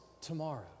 tomorrow